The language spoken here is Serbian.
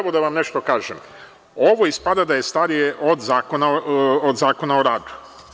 I, evo da vam nešto kažem, ovo ispada da je starije od Zakona o radu.